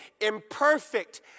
imperfect